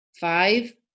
Five